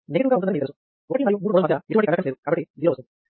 1 మరియు 3 నోడు ల మధ్య ఎటువంటి కండక్టెన్స్ లేదు కాబట్టి 0 వస్తుంది